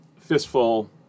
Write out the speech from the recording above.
Fistful